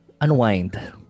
Unwind